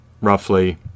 roughly